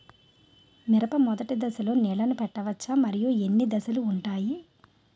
మిరప మొదటి దశలో నీళ్ళని పెట్టవచ్చా? మరియు ఎన్ని దశలు ఉంటాయి?